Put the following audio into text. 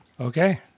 Okay